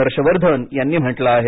हर्ष वर्धन यांनी म्हटलं आहे